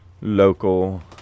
local